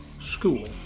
school